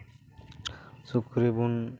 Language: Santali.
ᱥᱩᱠᱨᱤ ᱵᱚᱱ